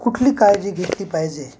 कुठली काळजी घेतली पाहिजे